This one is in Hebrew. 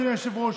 אדוני היושב-ראש,